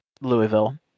Louisville